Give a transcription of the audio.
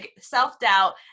self-doubt